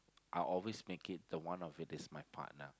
I always make it the one of it is my partner